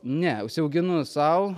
ne užsiauginu sau